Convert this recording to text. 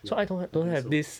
ya I think so